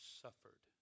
suffered